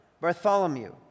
Bartholomew